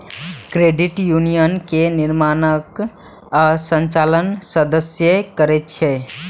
credit union के निर्माण आ संचालन सदस्ये करै छै